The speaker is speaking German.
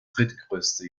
drittgrößte